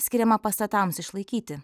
skiriama pastatams išlaikyti